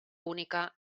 única